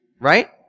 right